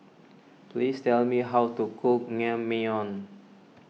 please tell me how to cook Naengmyeon